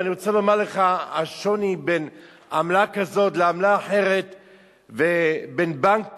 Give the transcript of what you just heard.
ואני רוצה לומר לך שהשוני בין עמלה כזאת לעמלה אחרת ובין בנק